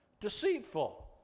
deceitful